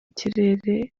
kirere